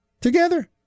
together